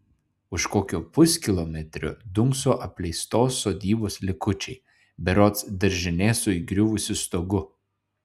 už kokio puskilometrio dunkso apleistos sodybos likučiai berods daržinė su įgriuvusiu stogu